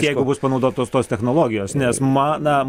jeigu bus panaudotos tos technologijos nes ma na